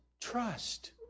trust